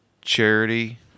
Charity